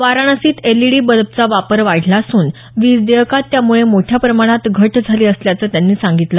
वाराणसीत LED बल्बचा वापर वाढला असून वीज देयकात त्यामुळे मोठ्या प्रमाणात घट झाली असल्याचं त्यांनी सांगितलं